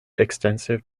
extensive